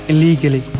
Illegally